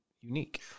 Unique